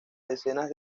decenas